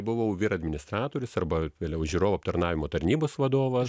buvau vyr administratorius arba vėliau žiūrovų aptarnavimo tarnybos vadovas